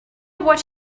what